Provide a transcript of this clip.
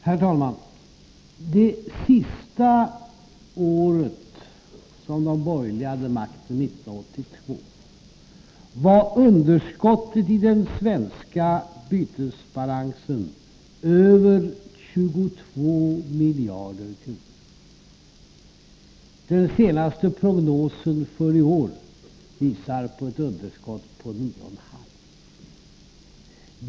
Herr talman! Det sista året som de borgerliga hade regeringsmakten, 1982, var underskottet i den svenska bytesbalansen över 22 miljarder kronor. Den senaste prognosen för i år visar på ett underskott på 9,5 miljarder kronor.